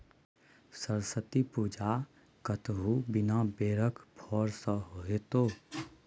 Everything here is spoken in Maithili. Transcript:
सरस्वती पूजा कतहु बिना बेरक फर सँ हेतै?